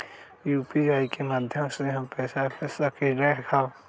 UPI के माध्यम से हम पैसा भेज सकलियै ह?